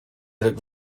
look